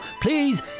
please